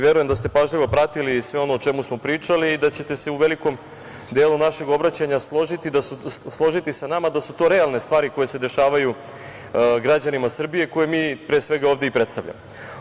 Verujem da ste pažljivo pratili sve ono o čemu smo pričali i da ćete se u velikom delu našeg obraćanja složiti se sa nama da su to realne stvari koje se dešavaju građanima Srbije, koje mi, pre svega, ovde i predstavljamo.